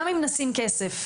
גם אם נשים כסף.